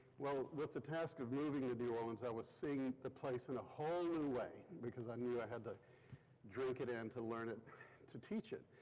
well, with the task of moving to new orleans i was seeing the place in a whole new and way because i knew i had to drink it in to learn it to teach it.